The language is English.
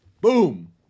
Boom